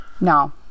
No